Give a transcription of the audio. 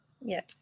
Yes